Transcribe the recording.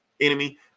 enemy